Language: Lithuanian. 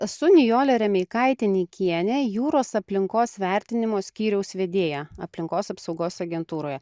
esu nijolė remeikaitė nikienė jūros aplinkos vertinimo skyriaus vedėja aplinkos apsaugos agentūroje